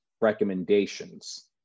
recommendations